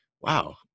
wow